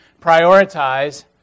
prioritize